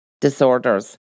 disorders